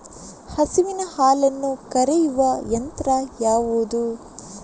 ಹಸುವಿನ ಹಾಲನ್ನು ಕರೆಯುವ ಯಂತ್ರ ಯಾವುದು?